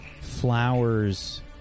flowers